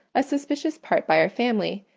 a suspicious part by our family,